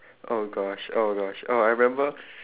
oh gosh oh gosh oh I remember